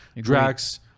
Drax